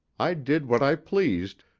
i did what i pleased,